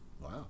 Wow